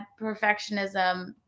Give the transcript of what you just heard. perfectionism